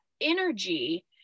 energy